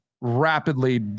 rapidly